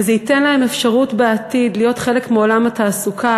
וזה ייתן להם אפשרות להיות בעתיד חלק מעולם התעסוקה,